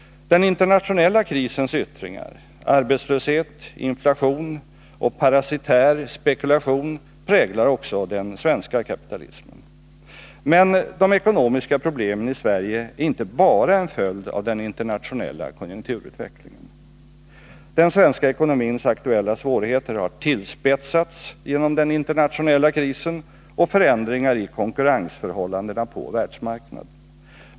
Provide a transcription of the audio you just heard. Den internationella krisens yttringar — arbetslöshet, inflation och parasitär spekulation — präglar också den svenska kapitalismen. Men de ekonomiska problemen i Sverige är inte bara en följd av den internationella konjunkturutvecklingen. Den svenska ekonomins aktuella svårigheter har tillspetsats genom den internationella krisen och förändringar i konkurrensförhållandena på världsmarknaden.